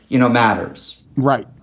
you know, matters. right.